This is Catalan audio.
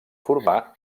formar